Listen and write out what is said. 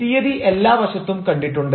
തീയതി എല്ലാ വശത്തും കണ്ടിട്ടുണ്ട്